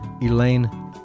Elaine